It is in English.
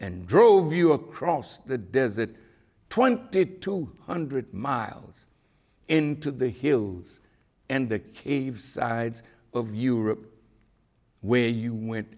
and drove you across the desert twenty two hundred miles into the hills and the cave sides of europe where you went